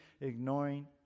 ignoring